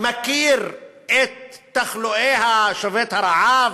מכיר את תחלואי שובת הרעב?